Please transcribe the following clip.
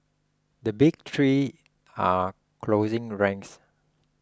the big three are closing ranks